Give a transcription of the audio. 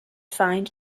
find